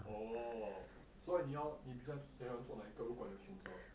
orh 所以你要你比较喜欢做哪一个如果你有选择